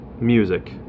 Music